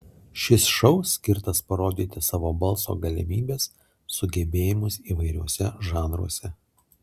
šis šou skirtas parodyti savo balso galimybes sugebėjimus įvairiuose žanruose